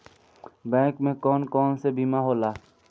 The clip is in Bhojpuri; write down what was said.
बैंक में कौन कौन से बीमा होला?